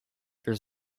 there